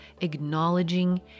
acknowledging